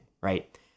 right